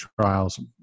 Trials